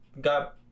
got